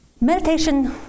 Meditation